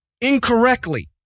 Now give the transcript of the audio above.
incorrectly